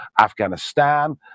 Afghanistan